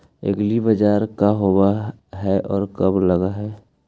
एग्रीबाजार का होब हइ और कब लग है?